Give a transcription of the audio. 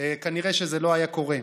כנראה שזה לא היה קורה.